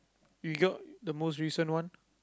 you got the most recent one